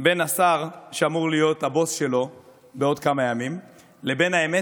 בין השר שאמור להיות הבוס שלו בעוד כמה ימים לבין האמת